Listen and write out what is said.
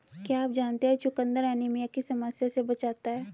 क्या आप जानते है चुकंदर एनीमिया की समस्या से बचाता है?